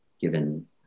given